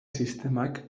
sistemak